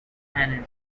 manager